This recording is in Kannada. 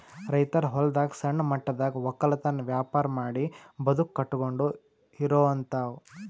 ರೈತ್ ಹೊಲದಾಗ್ ಸಣ್ಣ ಮಟ್ಟದಾಗ್ ವಕ್ಕಲತನ್ ವ್ಯಾಪಾರ್ ಮಾಡಿ ಬದುಕ್ ಕಟ್ಟಕೊಂಡು ಇರೋಹಂತಾವ